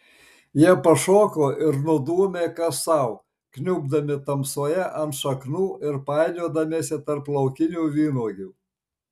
jie pašoko ir nudūmė kas sau kniubdami tamsoje ant šaknų ir painiodamiesi tarp laukinių vynuogių